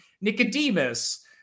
nicodemus